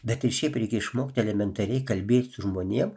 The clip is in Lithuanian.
bet ir šiaip reikia išmokti elementariai kalbėt su žmonėm